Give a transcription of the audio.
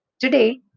Today